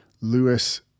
Lewis